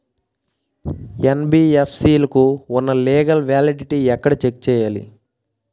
NBFC లకు ఉన్నా legal validity ఎక్కడ చెక్ చేయాలి?